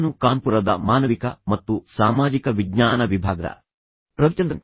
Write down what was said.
ನಾನು ಕಾನ್ಪುರದ ಮಾನವಿಕ ಮತ್ತು ಸಾಮಾಜಿಕ ವಿಜ್ಞಾನ ವಿಭಾಗದ ರವಿಚಂದ್ರನ್